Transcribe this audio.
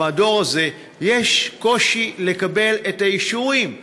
במדור הזה יש קושי לקבל את האישורים.